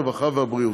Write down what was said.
הרווחה והבריאות.